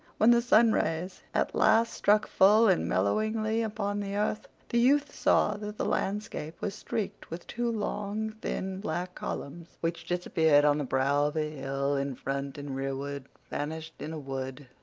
when the sunrays at last struck full and mellowingly upon the earth, the youth saw that the landscape was streaked with two long, thin, black columns which disappeared on the brow of a hill in front and rearward vanished in a wood.